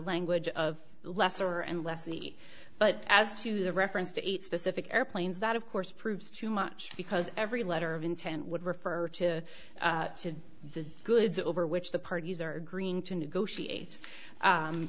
language of lesser and lesser but as to the reference to eight specific airplanes that of course proves too much because every letter of intent would refer to the goods over which the parties are agreeing to negotiate